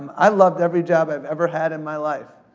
i loved every job i've ever had in my life.